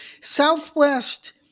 Southwest